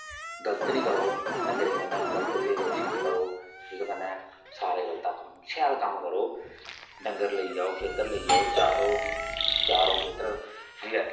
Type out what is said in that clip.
गल्त नेई करो डंगरे कन्ने गल्त भेदभाव नेईं करो जेहदे कन्ने सारे गल्त आक्खन शैल कम करो डंगर लेई आओ खेतर लेई आऔ चारो चारो खेतर ठीक ऐ